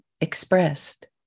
expressed